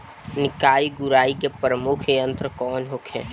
निकाई गुराई के प्रमुख यंत्र कौन होखे?